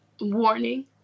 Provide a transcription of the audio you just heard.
Warning